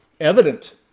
evident